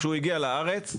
הוא הגיע לארץ,